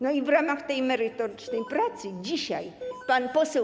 No i w ramach tej merytorycznej pracy dzisiaj pan poseł